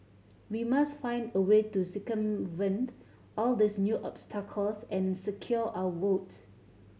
we must find a way to circumvent all these new obstacles and secure our votes